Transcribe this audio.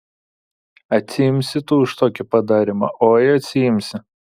atsiimsi tu už tokį padarymą oi atsiimsi